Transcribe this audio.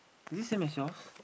is it same as yours